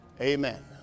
Amen